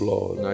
Lord